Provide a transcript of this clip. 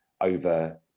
over